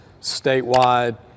statewide